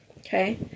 Okay